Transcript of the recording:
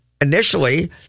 initially